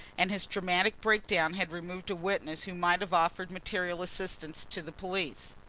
and his dramatic breakdown had removed a witness who might have offered material assistance to the police.